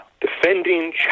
defending